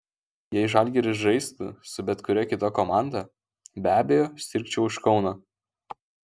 jei žalgiris žaistų su bet kuria kita komanda be abejo sirgčiau už kauną